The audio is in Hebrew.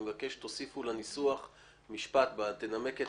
מבקש שתוסיפו לניסוח משפט שאומר: תנמק את